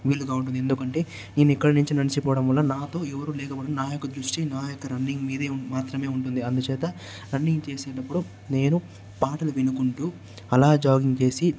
వీలుగా ఉంటుంది ఎందుకంటే నేను ఇక్కడి నుంచి నడిచి పోవడం వల్ల నాతో ఎవరూ లేకపోవడం నా యొక్క దృష్టి నా యొక్క రన్నింగ్ మీద మాత్రమే ఉంటుంది అందుచేత రన్నింగ్ చేసేటప్పుడు నేను పాటలు వినుకుంటూ అలా జాగింగ్ చేసి